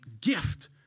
gift